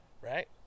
right